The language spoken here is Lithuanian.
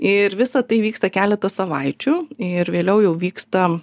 ir visa tai vyksta keletą savaičių ir vėliau jau vyksta